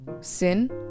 sin